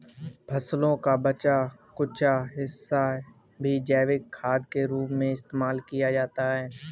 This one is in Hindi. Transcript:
फसलों का बचा कूचा हिस्सा भी जैविक खाद के रूप में इस्तेमाल किया जाता है